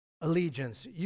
allegiance